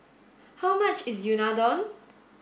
how much is Unadon